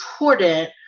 important